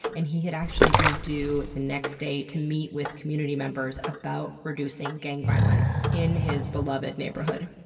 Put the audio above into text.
and he had actually been due the next day to meet with community members about reducing gang violence in his beloved neighborhood.